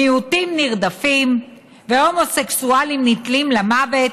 מיעוטים נרדפים והומוסקסואלים נתלים למוות,